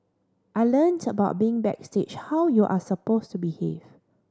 I learnt about being backstage how you are supposed to behave